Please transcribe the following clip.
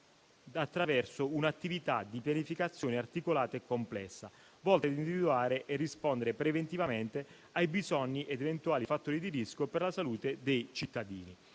attraverso un'attività di pianificazione articolata e complessa, volta ad individuare e rispondere preventivamente ai bisogni ed eventuali fattori di rischio per la salute dei cittadini.